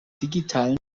digitalen